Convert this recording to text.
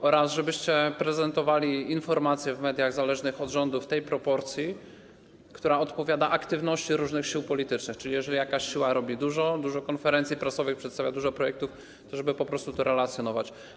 Chodzi o to, żebyście prezentowali informacje w mediach zależnych od rządu w tej proporcji, która odpowiada aktywności różnych sił politycznych, czyli jeżeli jakaś siła robi dużo, organizuje dużo konferencji prasowych, przedstawia liczne projekty, to żeby po prostu to relacjonować.